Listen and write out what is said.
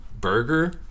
burger